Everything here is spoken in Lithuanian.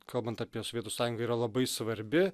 kalbant apie sovietų sąjungą yra labai svarbi